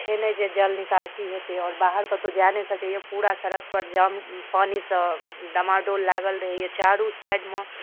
छै नहि जे जल निकासी हेतै आओर बाहर कतौ जा नहि सकैय पूरा सड़कपर जाम पानिसँ डाँवाडोल लागल रहय चारू साइडमे